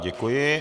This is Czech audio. Děkuji.